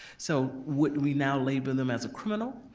so would we now label them as a criminal?